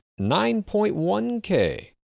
9.1K